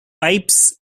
pipes